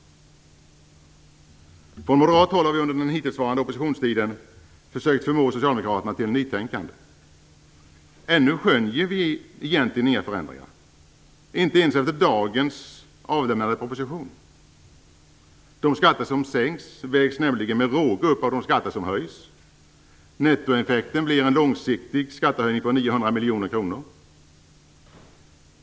Från moderat håll har vi under den hittillsvarande oppositionstiden försökt förmå Socialdemokraterna till nytänkande. Ännu skönjer vi egentligen inga förändringar - inte ens efter dagens avlämnade proposition. De skatter som sänks vägs nämligen med råge upp av de skatter som höjs. Nettointäkten blir en långsiktig skattehöjning på 900 miljoner kronor.